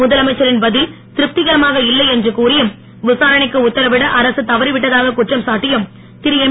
முதலமைச்சரின் பதில் திருப்திகரமாக இல்லை என்று கூறியும் விசாரணைக்கு உத்தரவிட அரசு தவறிவிட்டதாகக் குற்றம் சாட்டியும் திருஎம்